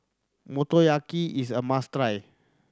motoyaki is a must try